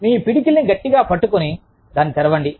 మీ పిడికిలిని గట్టిగా పట్టుకుని దాన్ని తెరవండి